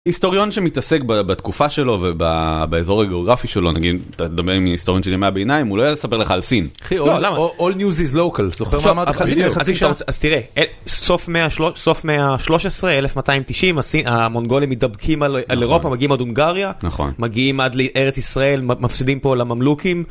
היסטוריון שמתעסק בתקופה שלו ובאזור הגיאוגרפי שלו, נגיד, אתה מדבר עם היסטוריון של ימי הביניים, הוא לא יספר לך על סין. לא, למה? All news is local, זוכר מה אמרת? אז תראה, סוף מאה ה-13, 1290, המונגולים מתדפקים על אירופה, מגיעים עד הונגריה, מגיעים עד לארץ ישראל, מפסידים פה לממלוקים.